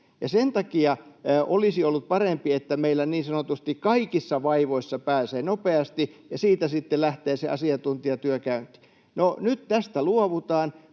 Sen takia olisi ollut parempi, että meillä niin sanotusti kaikissa vaivoissa pääsee nopeasti, ja siitä sitten lähtee se asiantuntijatyö käyntiin. No, nyt tästä luovutaan,